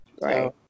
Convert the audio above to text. right